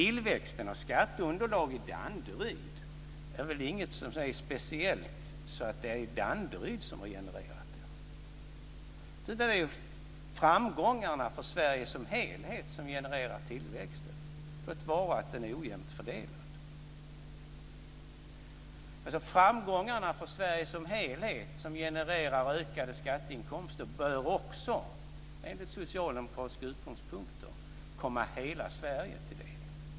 Tillväxten av skatteunderlag i Danderyd är väl inget speciellt som just Danderyd har genererat, utan det är framgångarna för Sverige som helhet som genererar tillväxten - låt vara att den är ojämnt fördelad. Framgångarna för Sverige som helhet som genererar ökade skatteinkomster bör också enligt socialdemokratiska utgångspunkter komma hela Sverige till del.